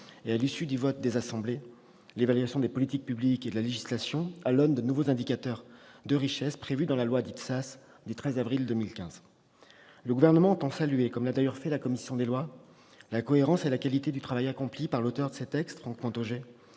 ; à l'issue du vote des assemblées, l'évaluation des politiques publiques et de la législation, à l'aune de nouveaux indicateurs de richesse prévus dans la loi dite « Sas » du 13 avril 2015. Le Gouvernement entend saluer, comme l'a d'ailleurs fait la commission des lois, la cohérence et la qualité du travail accompli par l'auteur de ces textes, Franck Montaugé,